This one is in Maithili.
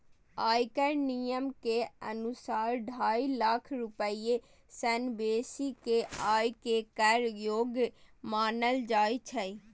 आयकर नियम के अनुसार, ढाई लाख रुपैया सं बेसी के आय कें कर योग्य मानल जाइ छै